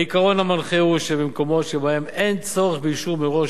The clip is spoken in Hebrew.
העיקרון המנחה הוא שבמקומות שבהם אין צורך באישור מראש